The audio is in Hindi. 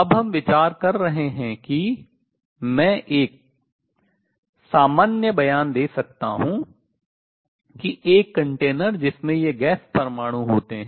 अब हम विचार कर रहे हैं कि मैं एक सामान्य बयान दे सकता हूँ कि एक कंटेनर जिसमें ये गैस परमाणु होते हैं